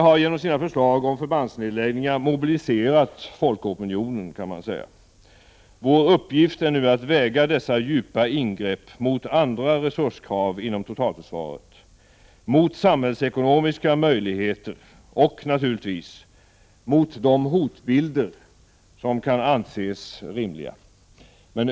ÖB har genom sina förslag om förbandsnedläggningar mobiliserat folkopinionen. Vår uppgift är nu att väga dessa djupa ingrepp mot andra resurskrav inom totalförsvaret, mot samhällsekonomiska möjligheter och, naturligtvis, mot de hotbilder som kan anses rimliga.